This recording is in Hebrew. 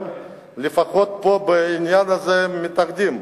לפחות פה, בעניין הזה, הם מתאחדים.